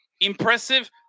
impressive